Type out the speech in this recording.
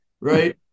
Right